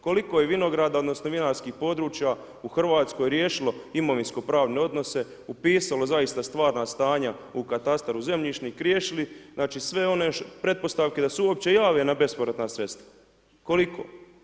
Koliko je vinograda odnosno vinarskih područja u Hrvatskoj riješilo imovinsko-pravne odnose, upisalo zaista stvarna stanja u katastar, u zemljišni i riješili ih, znači sve one pretpostavke da se uopće jave na bespovratna sredstva, koliko?